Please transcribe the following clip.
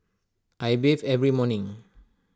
I bathe every morning